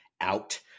out